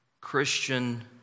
Christian